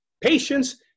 patience